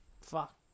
fuck